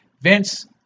Vince